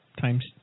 times